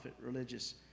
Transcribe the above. religious